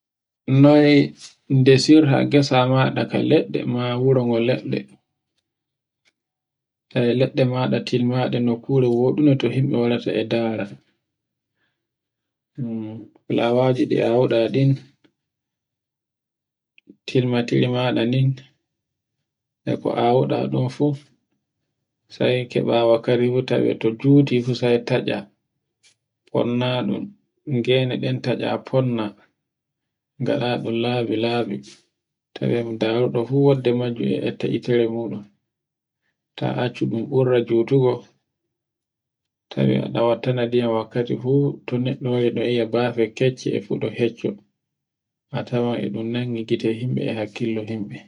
Noy ndesirta gesa maɗa ka leɗɗe ma wuro ko leɗɗe, e leɗɗe maɗa, til maɗa nukkure woɗunde to himɓe, warata e ndara. Lawaji ɗi awuɗa ɗa ɗin, tilmatiri maɗa ndin, e ko awuɗa ɗunfu, sai keɓa wakadi fu tawe to juti fu sai tacca, fonnaɗun geneɗen tacca fonna ngaɗaɗun laɓi-laɓi, tawen daruɗo fu wadde majjun e ette hitere muɗum. ta accu ɗun ɓurra jutungo, tawe ada wattana ndiyam wakkati fu, to neɗɗo wari fu e yi'a bafe kecco e huɗa hecco, a tawan e ɗun nangi gite himbe, e hakkilo himɓe.